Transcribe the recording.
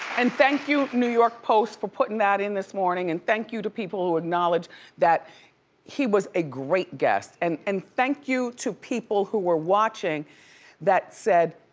and thank you new york post for putting that in this morning and thank you to people who acknowledge that he was a great guest, and and thank you to people who were watching that said,